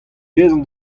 dezhañ